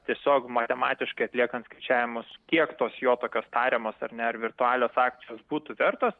tiesiog matematiškai atliekant skaičiavimus kiek tos jo tokios tariamos ar ne ar virtualios akcijos būtų vertos